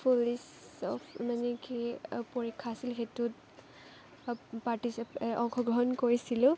police মানে কি পৰীক্ষা আছিল সেইটোত অংশগ্ৰহণ কৰিছিলোঁ